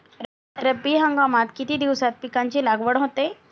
रब्बी हंगामात किती दिवसांत पिकांची लागवड होते?